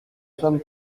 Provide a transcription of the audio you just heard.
sommes